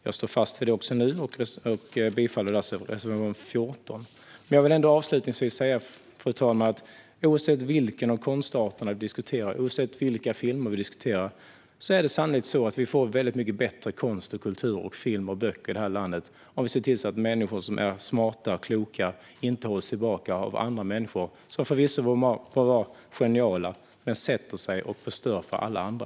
Jag står fast vid det även nu och yrkar därför bifall till reservation 14. Avslutningsvis, fru talman, vill jag säga att oavsett vilken av konstarterna vi diskuterar och oavsett vilka filmer vi diskuterar är det sannolikt så att vi får mycket bättre konst, kultur, film och böcker i detta land om vi ser till att människor som är smarta och kloka inte hålls tillbaka av andra människor som må vara geniala men som sätter sig på och förstör för alla andra.